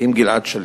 עם גלעד שליט.